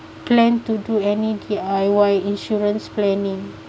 plan to do any D_I_Y insurance planning